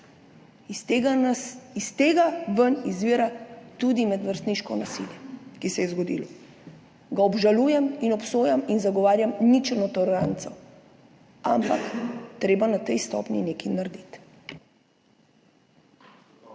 Iz tega izvira tudi medvrstniško nasilje, ki se je zgodilo. Ga obžalujem in obsojam in zagovarjam ničelno toleranco, ampak je treba na tej stopnji nekaj narediti.